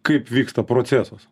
kaip vyksta procesas